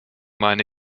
meine